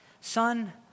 Son